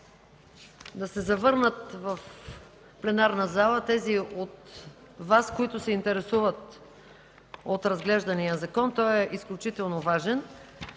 да се завърнат в пленарната зала онези, които се интересуват от разглеждания закон. Той е изключително важен.